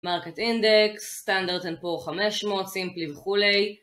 מרקט אינדקס, סטנדרט & פור 500, סימפלי וכולי